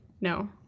No